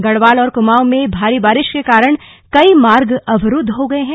गढ़वाल और कुमाऊं में भारी बारिश के कारण कई मार्ग अवरूद्ध हो गए हैं